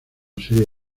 serie